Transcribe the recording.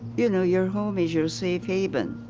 you know, your home is your safe haven.